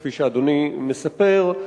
כפי שאדוני מספר,